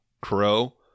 Crow